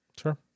Sure